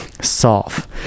solve